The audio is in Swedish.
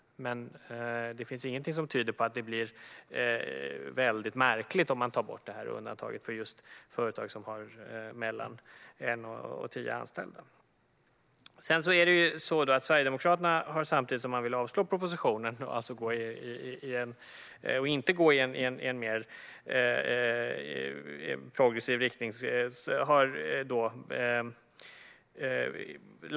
Men det finns inget som tyder på att det blir väldigt märkligt om man tar bort undantaget för just företag som har mellan en och tio anställda. Sverigedemokraterna vill avslå propositionen och vill inte gå i en mer progressiv riktning.